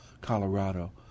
Colorado